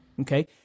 Okay